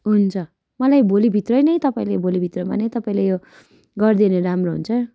हुन्छ मलाई भोलिभित्रै नै तपाईँले भोलिभित्रमा नै तपाईँले यो गरिदियो भनो राम्रो हुन्छ